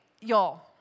y'all